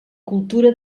cultura